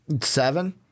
seven